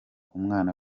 umwana